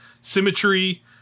symmetry